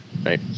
right